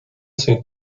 saint